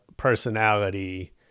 personality